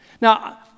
Now